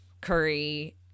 Curry